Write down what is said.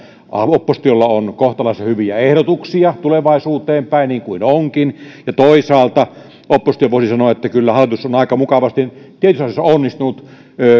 oppositiolla on kohtalaisen hyviä ehdotuksia tulevaisuuteen päin niin kuin onkin ja toisaalta oppositio voisi sanoa että kyllä hallitus on aika mukavasti tietyissä asioissa onnistunut